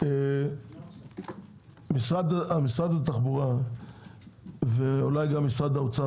משרד התחבורה ואולי גם משרד האוצר,